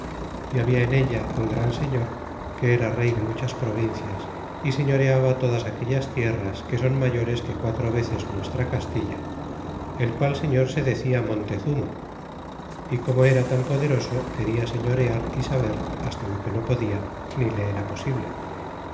y habia en ella un gran señor que era rey de muchas provincias y señoreaba todas aquellas tierras que son mayores que quatro veces nuestra castilla el qual señor se decia montezuma é como era tan poderoso quería señorear y saber hasta lo que no podia ni le era posible